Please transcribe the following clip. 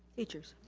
teachers.